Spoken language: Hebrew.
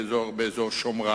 באזור שומרת,